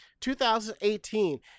2018